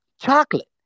chocolate